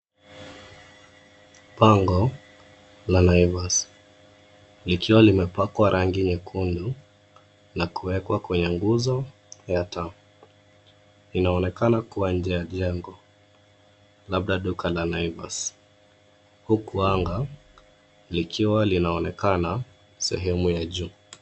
Bango la naivas likiwa limepakwa rangi nyekundu na kuwekwa kwenye nguzo ya taa. Inaonekana kuwa nje ya jengo, labda duka la naivas huku anga likiwa linaonekana sehemu ya juu.